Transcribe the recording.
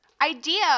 idea